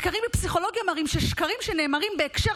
מחקרים בפסיכולוגיה מראים ששקרים שנאמרים בהקשר